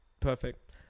Perfect